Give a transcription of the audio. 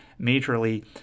majorly